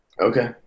Okay